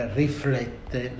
riflette